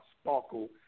sparkle